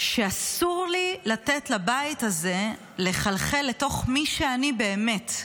שאסור לי לתת לבית הזה לחלחל לתוך מי שאני באמת.